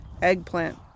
eggplant